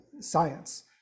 science